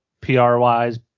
PR-wise